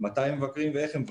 מתי הם מבקרים ואיך הם מבקרים,